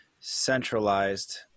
centralized